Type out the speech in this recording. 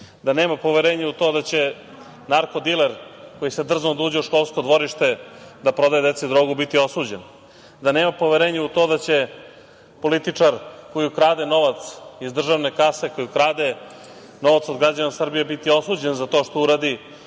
da nema poverenja u to da će narkodiler koji se drznuo da uđe u školsko dvorište da prodaje deci drogu biti osuđen, da nema poverenje u to da će političar koji ukrade novac iz državne kase, koji krade novac od građana Srbije, biti osuđen za to što